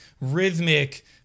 rhythmic